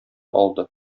алды